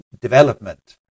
development